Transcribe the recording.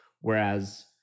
Whereas